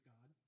God